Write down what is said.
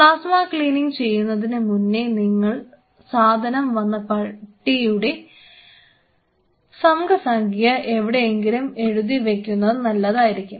plasma cleaning ചെയ്യുന്നതിന് മുന്നേ നിങ്ങൾ സാധനം വന്ന പെട്ടിയുടെ സംഘ സംഖ്യ എവിടെയെങ്കിലും എഴുതി വയ്ക്കുന്നത് നല്ലതായിരിക്കും